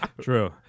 true